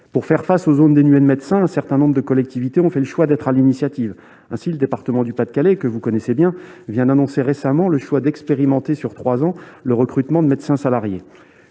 Pour faire face au problème des zones dénuées de médecin, un certain nombre de collectivités ont fait le choix d'être à l'initiative. Ainsi, le département du Pas-de-Calais vient d'annoncer récemment le choix d'expérimenter sur trois ans le recrutement de médecins salariés.